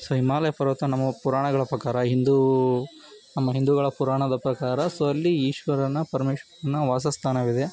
so Himalaya ಪರ್ವತ ನಮ್ಮ ಪುರಾಣಗಳ ಪ್ರಕಾರ ಹಿಂದೂ ನಮ್ಮ ಹಿಂದೂಗಳ ಪುರಾಣದ ಪ್ರಕಾರ ಸೊ ಅಲ್ಲಿ ಈಶ್ವರನ ಪರಮೇಶ್ವರನ ವಾಸ ಸ್ಥಾನವಿದೆ